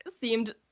seemed